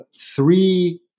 three